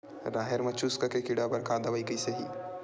राहेर म चुस्क के कीड़ा बर का दवाई कइसे ही?